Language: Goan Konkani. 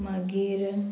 मागीर